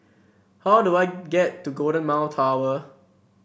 how do I get to Golden Mile Tower